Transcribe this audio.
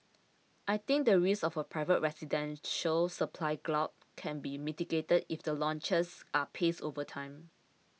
I think the risk of a private residential supply glut can be mitigated if the launches are paced over time